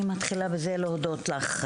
אני מתחילה בלהודות לך,